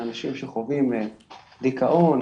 של אנשים שחווים דיכאון,